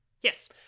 Yes